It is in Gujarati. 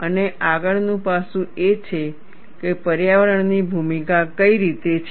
અને આગળનું પાસું એ છે કે પર્યાવરણ ની ભૂમિકા કઈ રીતે છે